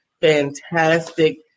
fantastic